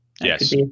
Yes